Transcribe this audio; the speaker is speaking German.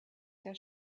der